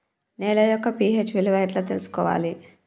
నేల యొక్క పి.హెచ్ విలువ ఎట్లా తెలుసుకోవాలి?